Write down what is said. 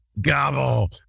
gobble